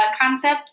concept